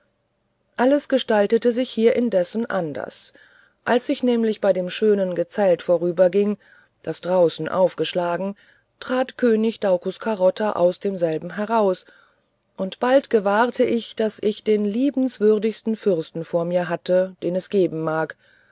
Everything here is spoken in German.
alles gestaltete sich hier indessen anders als ich nämlich bei dem schönen gezelt vorüberging das draußen aufgeschlagen trat könig daucus carota aus demselben heraus und bald gewahrte ich daß ich den liebenswürdigsten fürsten vor mir hatte den es geben mag